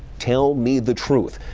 tell me the truth.